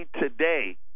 today